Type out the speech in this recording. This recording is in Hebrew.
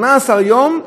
18 יום,